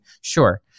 sure